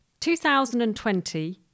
2020